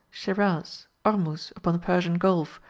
shiraz, ormuz upon the persian gulf,